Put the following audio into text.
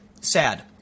sad